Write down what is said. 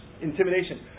intimidation